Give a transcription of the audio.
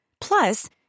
Plus